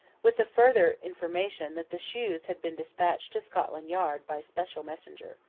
with the further information that the shoes had been despatched to scotland yard by special messenger.